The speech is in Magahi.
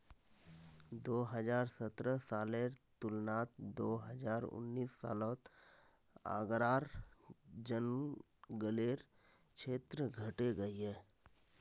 दो हज़ार सतरह सालेर तुलनात दो हज़ार उन्नीस सालोत आग्रार जन्ग्लेर क्षेत्र घटे गहिये